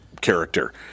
character